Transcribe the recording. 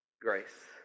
Grace